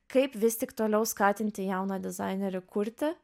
kaip vis tik toliau skatinti jauną dizainerį kurti